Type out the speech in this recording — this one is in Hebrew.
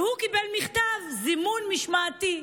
והוא קיבל מכתב זימון משמעתי.